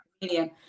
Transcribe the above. comedian